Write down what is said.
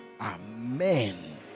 Amen